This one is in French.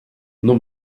non